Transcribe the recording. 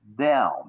down